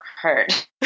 hurt